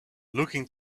looking